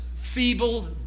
feeble